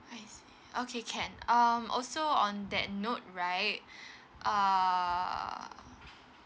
I see okay can um also on that note right err